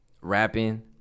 rapping